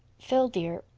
phil dear,